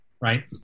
right